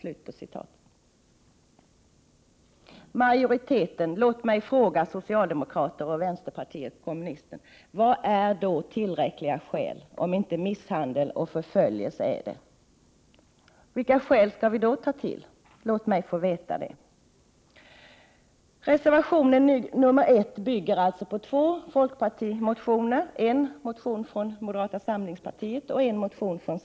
Låt mig fråga majoriteten, dvs. socialdemokraterna och kommunisterna: Vad är tillräckliga skäl, om inte misshandel och förföljelse? Vilka skäl skall vi då räkna med? Låt mig få veta det. samlingspartiet och en från centerpartiet. Motionerna handlar också om att — Prot.